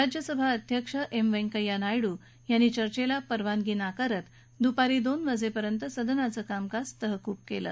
राज्यसभा अध्यक्ष एम व्यंकय्या नायडू यांनी चर्चेला परवानगी नाकारत दुपारी दोन वाजेपर्यंत सदनाचं कामकाज तहकूब केलं